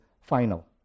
final